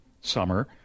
Summer